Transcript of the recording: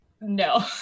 no